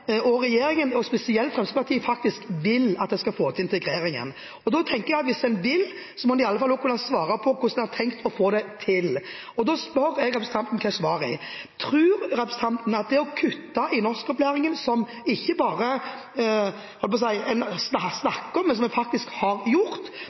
og regjeringen, spesielt Fremskrittspartiet, faktisk vil at man skal få til integrering. Jeg tenker at hvis man vil, må man i alle fall kunne svare på hvordan man har tenkt å få det til. Da spør jeg representanten Keshvari: Tror han at det å kutte i norskopplæringen – som man ikke bare